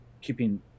keeping